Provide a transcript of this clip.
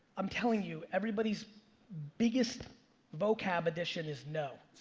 i'm telling you, everybody's biggest vocab addition is no.